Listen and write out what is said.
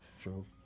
True